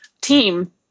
team